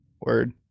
Word